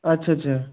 अच्छा अच्छा